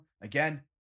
again